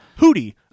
Hootie